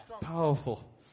Powerful